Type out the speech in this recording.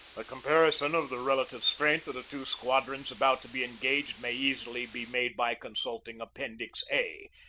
a comparison of the relative strength of the two squadrons about to be engaged may easily be made by consulting appendix a,